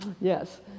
yes